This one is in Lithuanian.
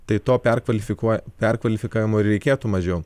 tai to perkvalifikuo perkvalifikavimo ir reikėtų mažiau